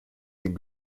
den